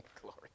Glory